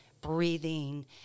breathing